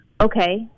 okay